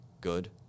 good